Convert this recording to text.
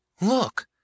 Look